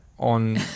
on